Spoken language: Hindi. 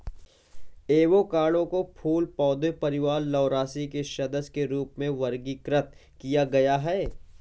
एवोकाडो को फूल पौधे परिवार लौरासी के सदस्य के रूप में वर्गीकृत किया गया है